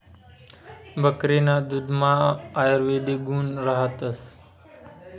बकरीना दुधमा आयुर्वेदिक गुण रातस